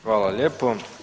Hvala lijepo.